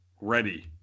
ready